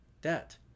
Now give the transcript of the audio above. debt